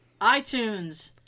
iTunes